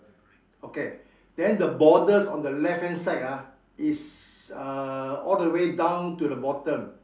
okay then the borders on the left hand side ah is uh all the way down to the bottom